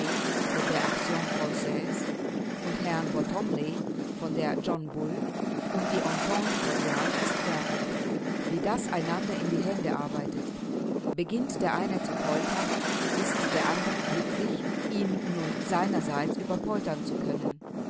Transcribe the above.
von der action franaise und herrn bottomley vom john bull und die entente cordiale ist fertig wie das einander in die hände arbeitet beginnt der eine zu poltern ist der andere glücklich ihn nun seinerseits überpoltern zu können